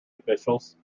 officials